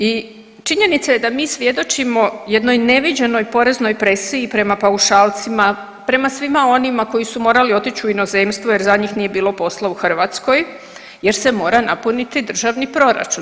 I činjenica je da mi svjedočimo jednoj neviđenoj poreznoj presiji prema paušalcima, prema svima onima koji su morali otić u inozemstvo jer za njih nije bilo posla u Hrvatskoj jer se mora napuniti državni proračun.